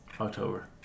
October